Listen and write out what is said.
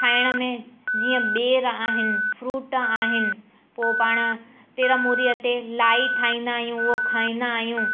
खाइण में जीअं ॿेर आहिनि फ्रूट आहिनि पोइ पाणि तिरमूरीअ ते लाई ठाहींदा आहियूं उहो खाईंदा आहियूं